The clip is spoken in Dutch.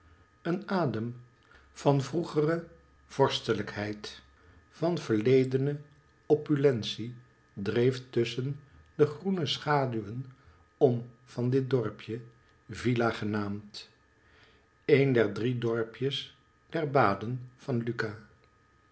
een adem van vroegere vorstelijkheid van verledene opulentie dreef tusschen de groene schaduwen om van dit dorpje villa genaamd een der drie dorpjes der baden van lucca